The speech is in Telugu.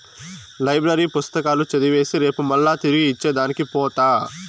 లైబ్రరీ పుస్తకాలు చదివేసి రేపు మల్లా తిరిగి ఇచ్చే దానికి పోత